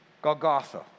Golgotha